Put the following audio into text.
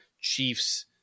Chiefs